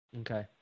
Okay